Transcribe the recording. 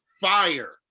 fire